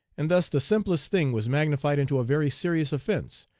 and thus the simplest thing was magnified into a very serious offence,